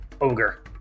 ogre